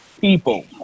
people